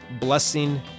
blessing